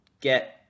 get